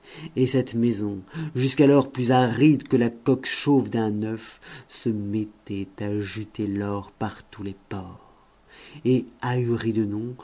et cette maison jusqu'alors plus aride que la coque chauve d'un œuf se mettait à juter l'or par tous les pores et ahuri de noms